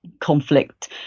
conflict